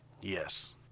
Yes